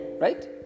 Right